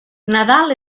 nadal